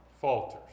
falters